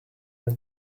had